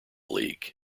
league